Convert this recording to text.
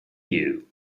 you